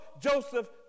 Joseph